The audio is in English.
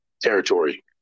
territory